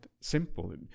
simple